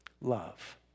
love